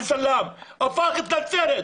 עלי סלאם הפך את נצרת.